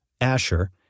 Asher